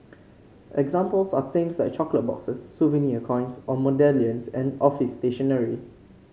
examples are things like chocolate boxes souvenir coins or medallions and office stationery